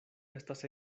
estas